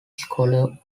scholar